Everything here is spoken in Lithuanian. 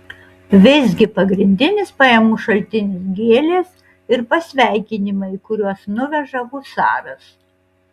visgi pagrindinis pajamų šaltinis gėlės ir pasveikinimai kuriuos nuveža husaras